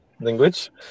language